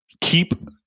keep